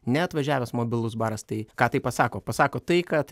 ne atvažiavęs mobilus baras tai ką tai pasako pasako tai kad